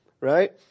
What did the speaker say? Right